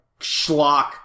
schlock